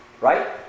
Right